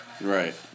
Right